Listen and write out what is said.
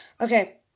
Okay